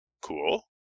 cool